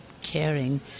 caring